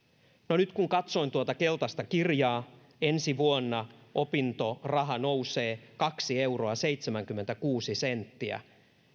no nyt kun katsoin tuota keltaista kirjaa ensi vuonna opintoraha nousee kaksi euroa seitsemänkymmentäkuusi senttiä